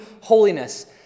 holiness